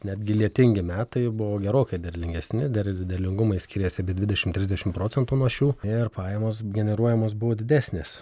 netgi lietingi metai buvo gerokai derlingesni derl derlingumas skyrėsi apie dvidešimt trisdešimt procentų nuo šių ir pajamos generuojamos buvo didesnės